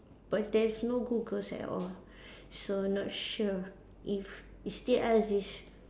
but there's no Google at all so not sure if it still exist